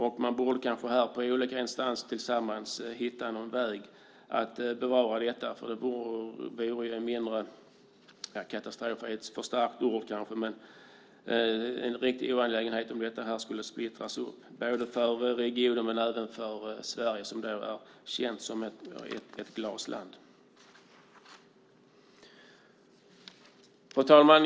Flera instanser borde tillsammans hitta en väg att bevara detta. Det vore väldigt synd både för regionen och för Sverige som är känt som ett glasland om detta skulle splittras. Fru talman!